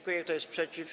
Kto jest przeciw?